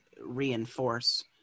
reinforce